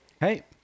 Hey